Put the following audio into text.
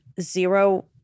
zero